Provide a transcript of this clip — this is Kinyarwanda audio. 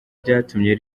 byatumye